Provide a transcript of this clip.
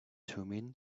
thummim